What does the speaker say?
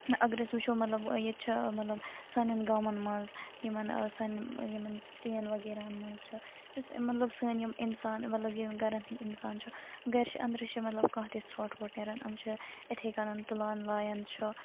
اگر أسۍ وٕچھو مطلب ییٚتہِ چھِ مطلب سانٮ۪ن گامَن مَنز یِمَن سانٮ۪ن یِمَن سِٹیَن وغیرہَن مَنز چھُ یُس یِم مطلب سٲنۍ یِم اِنسان مطلب یم گَرَن ہٕندۍ اِنسان چھِ گَرِ چھِ أندرٕ چھِ مطلب کانہہ تہِ ژھوٚٹ ووٚٹھ نیران یِم چھِ اِتھٕے کَنَن تُلان لایان چھِ